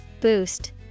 Boost